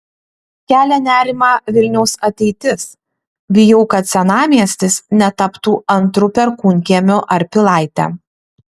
kelia nerimą vilniaus ateitis bijau kad senamiestis netaptų antru perkūnkiemiu ar pilaite